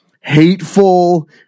hateful